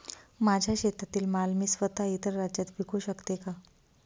माझ्या शेतातील माल मी स्वत: इतर राज्यात विकू शकते का?